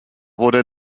wurde